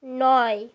নয়